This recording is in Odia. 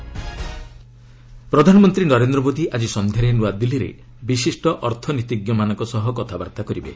ପିଏମ୍ ଇକୋନମିଷ୍ଟ ପ୍ରଧାନମନ୍ତ୍ରୀ ନରେନ୍ଦ୍ର ମୋଦୀ ଆଜି ସନ୍ଧ୍ୟାରେ ନୂଆଦିଲ୍ଲୀରେ ବିଶିଷ୍ଟ ଅର୍ଥନୀତିଜ୍ଞମାନଙ୍କ ସହ କଥାବାର୍ତ୍ତା କରିବେ